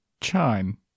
Chime